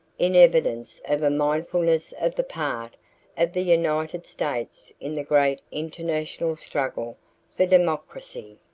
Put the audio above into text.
in evidence of a mindfulness of the part of the united states in the great international struggle for democracy.